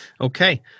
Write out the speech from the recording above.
Okay